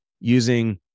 using